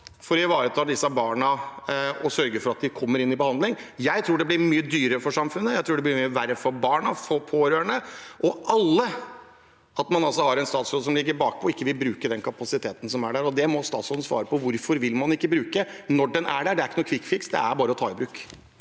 for å ivareta disse barna og sørge for at de kommer til behandling. Jeg tror det blir mye dyrere for samfunnet, og jeg tror det blir mye verre for barna, for pårørende og for alle at man har en statsråd som ligger bakpå, og som ikke vil bruke den kapasiteten som er der. Og det må statsråden svare på: Hvorfor vil man ikke bruke den når den er der? Det er ikke noen kvikkfiks, det er bare å ta den i bruk.